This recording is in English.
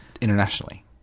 internationally